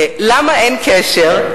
למה אין קשר בין,